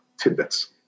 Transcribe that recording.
tidbits